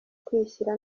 kwishyira